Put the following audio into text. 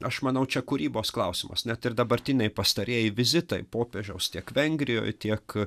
aš manau čia kūrybos klausimas net ir dabartiniai pastarieji vizitai popiežiaus tiek vengrijoj tiek